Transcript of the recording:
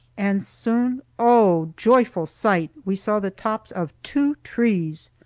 and soon, oh joyful sight! we saw the tops of two trees!